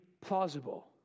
plausible